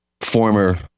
former